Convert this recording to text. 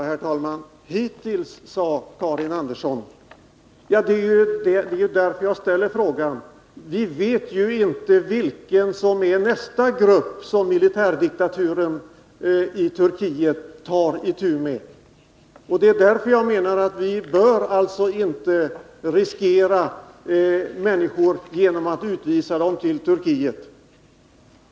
Herr talman! De brott mot de mänskliga rättigheterna som sker i Turkiet har hittills inte drabbat assyrier/syrianer, sade Karin Andersson. Det är just därför jag ställt frågan. Vi vet ju inte vilken nästa grupp blir som militärdiktaturen i Turkiet tar itu med! Det är därför jag menar att vi inte bör utsätta människor för risker genom att utvisa dem till Turkiet.